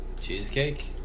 Cheesecake